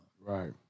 right